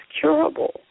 curable